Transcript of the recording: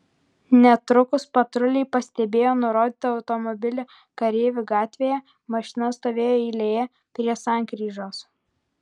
netrukus patruliai pastebėjo nurodytą automobilį kareivių gatvėje mašina stovėjo eilėje prie sankryžos